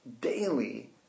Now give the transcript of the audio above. daily